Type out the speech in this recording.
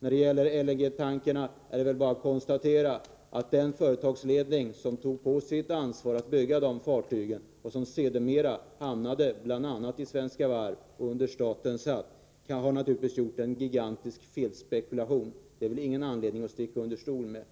När det gäller LNG-tankrarna är det väl bara att konstatera att den företagsledning som tog på sitt ansvar att bygga dessa fartyg, som sedermera hamnade i bl.a. Svenska Varv under statens hatt, har gjort en gigantisk felspekulation. Det finns ingen anledning att sticka under stol med